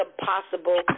possible